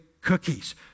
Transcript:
cookies